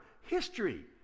history